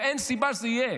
ואין סיבה שזה יהיה.